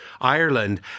Ireland